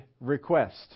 request